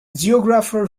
geographer